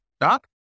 Doc